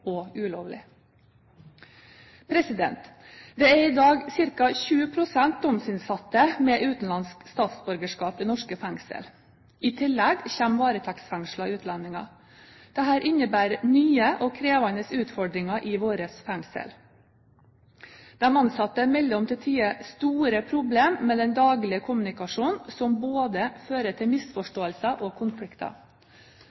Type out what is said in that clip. og ulovlig. Det er i dag ca. 20 pst. domsinnsatte med utenlandsk statsborgerskap i norske fengsler. I tillegg kommer varetektsfengslede utlendinger. Dette innebærer nye og krevende utfordringer i våre fengsler. De ansatte melder om til tider store problemer med den daglige kommunikasjonen, som både fører til